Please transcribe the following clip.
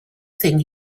things